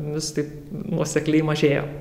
vis taip nuosekliai mažėjo